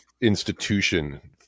institution